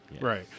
right